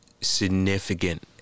significant